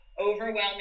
overwhelming